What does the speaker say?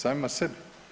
Samima sebi?